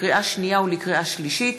לקריאה שנייה ולקריאה שלישית,